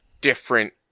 different